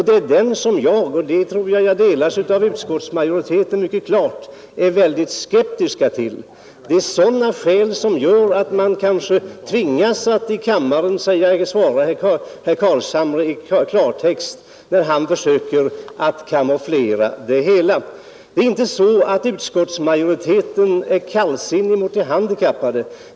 Det är det jag — och den meningen tror jag delas av utskottsmajoriteten — är mycket skeptisk till, och det är sådana skäl som gör att man tvingas att här kammaren svara herr Carlshamre i klartext när han försöker kamouflera vad det gäller. Det är inte så att utskottsmajoriteten är kallsinnig till de handikappade.